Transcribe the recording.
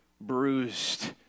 bruised